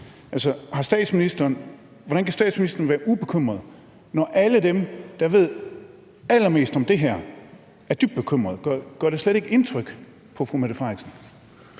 hvordan kan statsministeren være ubekymret, når alle dem, der ved allermest om det her, er dybt bekymrede? Gør det slet ikke indtryk på statsministeren?